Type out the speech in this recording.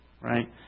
Right